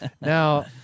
Now